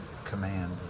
command